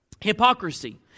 hypocrisy